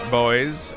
boys